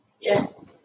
Yes